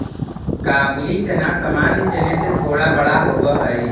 काबुली चना सामान्य चने से थोड़ा बड़ा होवअ हई